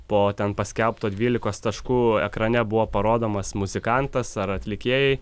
po ten paskelbto dvylikos taškų ekrane buvo parodomas muzikantas ar atlikėjai